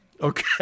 Okay